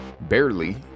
barely